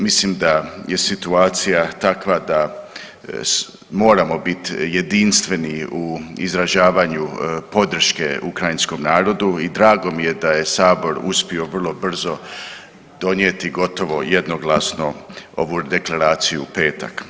Mislim da je situacija takva da moramo bit jedinstveni u izražavanju podrške ukrajinskom narodu i drago mi je da je Sabor uspio vrlo brzo donijeti gotovo jednoglasnu ovu deklaraciju u petak.